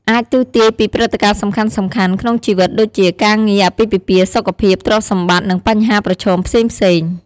អាចទស្សន៍ទាយពីព្រឹត្តិការណ៍សំខាន់ៗក្នុងជីវិត ដូចជា ការងារ អាពាហ៍ពិពាហ៍ សុខភាព ទ្រព្យសម្បត្តិ និងបញ្ហាប្រឈមផ្សេងៗ។